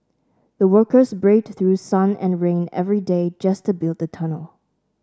the workers braved through sun and rain every day just to build the tunnel